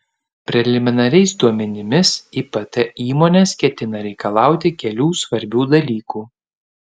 preliminariais duomenimis ipt įmonės ketina reikalauti kelių svarbių dalykų